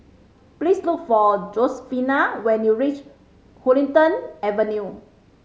please look for Josefina when you reach Huddington Avenue